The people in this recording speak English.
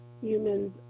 humans